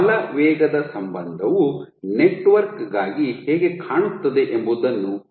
ಬಲ ವೇಗದ ಸಂಬಂಧವು ನೆಟ್ವರ್ಕ್ ಗಾಗಿ ಹೇಗೆ ಕಾಣುತ್ತದೆ ಎಂಬುದನ್ನು ಈಗ ನೋಡೋಣ